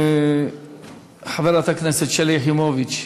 חברת הכנסת שלי יחימוביץ,